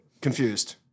Confused